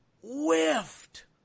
whiffed